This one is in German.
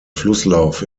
flusslauf